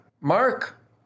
Mark